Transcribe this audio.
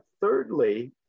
thirdly